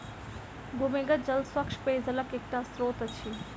भूमिगत जल स्वच्छ पेयजलक एकटा स्त्रोत अछि